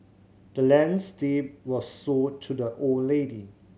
the land's deed was sold to the old lady